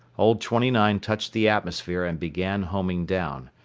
old twenty nine touched the atmosphere and began homing down.